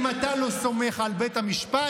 אם אתה לא סומך על בית המשפט,